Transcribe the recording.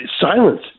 silence